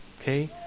Okay